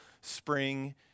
spring